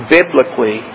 Biblically